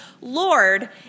Lord